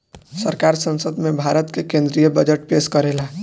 सरकार संसद में भारत के केद्रीय बजट पेस करेला